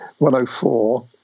104